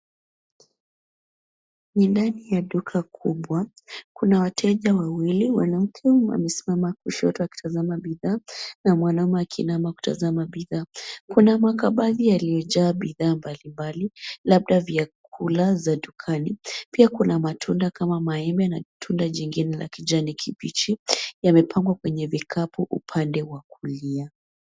Ni ndani ya duka kubwa. Kuna wateja wawili na wote wamesimama kushoto wakitazama bidhaa, na mwanaume akiinama kutazama bidhaa. Kuna makabati yaliyojaa bidhaa mbalimbali, labda vyakula za dukani. Pia kuna matunda kama maembe na tunda lingine la kijani kibichi. Yamepangwa kwenye vikapu upande wa kulia.